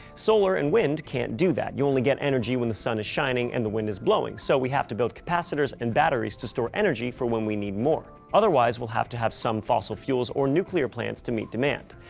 solar and wind can't do that you only get energy when the sun is shining and the wind is blowing so we have to build capacitors and batteries to store energy for when we need more. otherwise we'll have to have some fossil fuels or nuclear plants to meet demand.